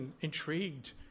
intrigued